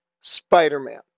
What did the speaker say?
Spider-Man